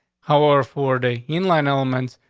how are for the inland elements?